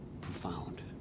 Profound